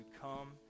come